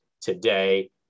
today